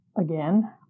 again